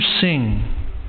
sing